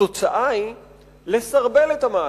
התוצאה היא סרבול המהלך,